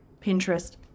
Pinterest